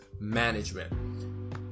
management